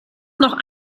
noch